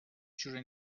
جوره